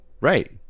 Right